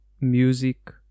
music